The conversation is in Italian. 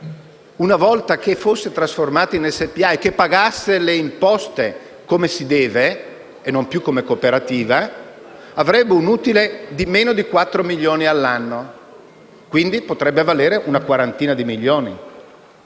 una volta trasformata in SpA e pagate le imposte come si deve e non più come cooperativa, avrebbe un utile di meno di 4 milioni all'anno e, quindi, potrebbe valere una quarantina di milioni.